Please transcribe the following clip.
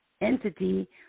entity